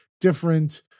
different